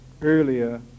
earlier